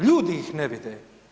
Ljudi ih ne vide.